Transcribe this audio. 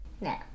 No